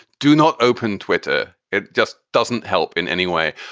do not open twitter. it just doesn't help in any way.